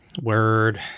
Word